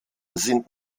sind